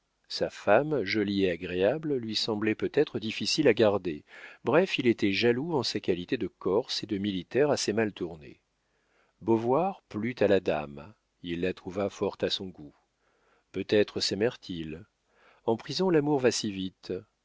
sa femme jolie et agréable lui semblait peut-être difficile à garder bref il était jaloux en sa qualité de corse et de militaire assez mal tourné beauvoir plut à la dame il la trouva fort à son goût peut-être saimèrent ils en prison l'amour va si vite